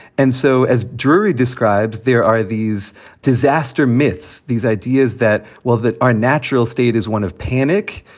and so as drury describes, there are these disaster myths, these ideas that, well, that our natural state is one of panic,